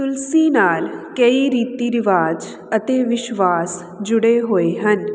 ਤੁਲਸੀ ਨਾਲ ਕਈ ਰੀਤੀ ਰਿਵਾਜ਼ ਅਤੇ ਵਿਸ਼ਵਾਸ ਜੁੜੇ ਹੋਏ ਹਨ